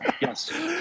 yes